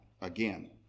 again